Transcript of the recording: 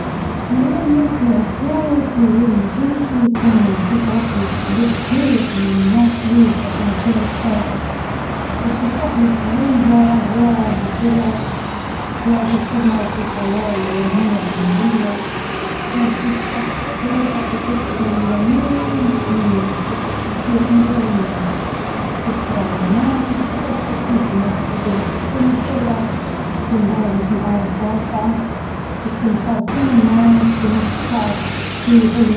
مزايا الشهرة تفتح لك أبواب ما كانت مفتوحة للناس، ويعاملوك الناس بإهتمام وإحترام، ويبقى عندك فرصة إنك تأثر على الناس بطريقة إيجابية، لكن عيوبها أكتر خصوصا إنك حتفقد خصوصيتك وكل حركة ليك محسوبة، والضغط النفسي يصير أكتر.